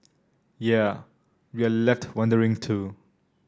yea we're left wondering too